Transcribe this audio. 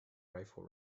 rifle